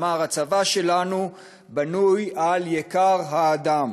אמר: "הצבא שלנו בנוי על יקר האדם".